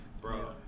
bro